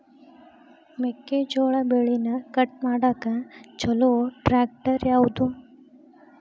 ಮೆಕ್ಕೆ ಜೋಳ ಬೆಳಿನ ಕಟ್ ಮಾಡಾಕ್ ಛಲೋ ಟ್ರ್ಯಾಕ್ಟರ್ ಯಾವ್ದು?